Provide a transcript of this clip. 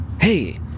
Hey